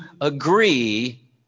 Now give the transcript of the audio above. agree